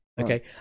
okay